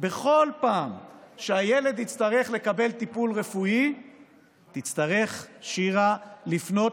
בכל פעם שהילד יצטרך לקבל טיפול רפואי תצטרך שירה לפנות